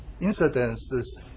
incidents